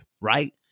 Right